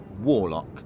warlock